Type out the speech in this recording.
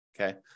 okay